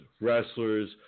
wrestlers